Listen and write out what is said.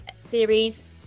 series